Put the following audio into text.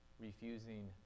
refusing